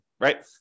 right